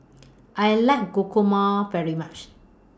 I like Guacamole very much